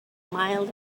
mile